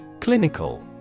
Clinical